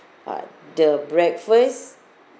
uh the breakfast